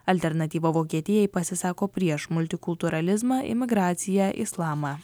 alternatyva vokietijai pasisako prieš multikultūralizmą imigraciją islamą